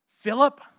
Philip